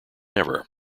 ever